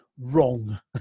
wrong